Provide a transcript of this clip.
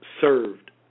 served